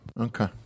okay